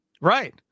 Right